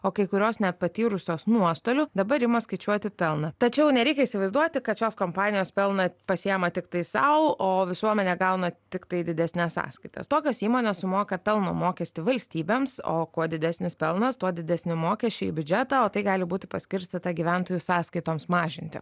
o kai kurios net patyrusios nuostolių dabar ima skaičiuoti pelną tačiau nereikia įsivaizduoti kad šios kompanijos pelną pasiima tiktai sau o visuomenė gauna tiktai didesnes sąskaitas tokios įmonės sumoka pelno mokestį valstybėms o kuo didesnis pelnas tuo didesni mokesčiai į biudžetą o tai gali būti paskirstyta gyventojų sąskaitoms mažinti